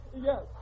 Yes